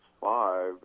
five